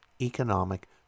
economic